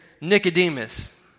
Nicodemus